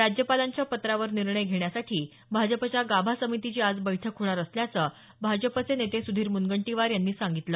राज्यपालांच्या पत्रावर निर्णय घेण्यासाठी भाजपच्या गाभा समितीची आज बैठक होणार असल्याचं भाजपचे नेते सुधीर मुनगंटीवार यांनी सांगितलं